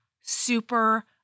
Super